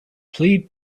plead